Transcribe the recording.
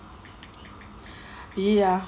ya